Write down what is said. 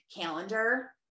calendar